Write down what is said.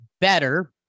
better